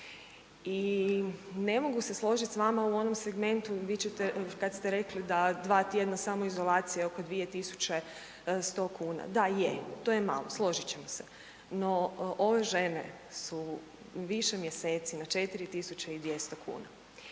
i ne mogu se složiti s vama u onom segmentu, vi ćete, kad ste rekli da 2 tjedna samoizolacije oko 2 100 kn. Da je, to je malo, složit ćemo se. No, ove žene su više mjeseci na 4 200 kuna